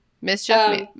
Mischief